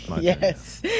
Yes